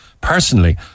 Personally